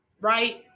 Right